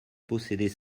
posséder